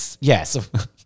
Yes